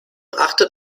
achtet